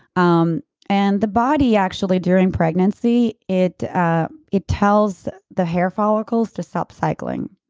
um and the body actually during pregnancy, it ah it tells the hair follicles to stop cycling.